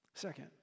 second